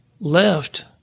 left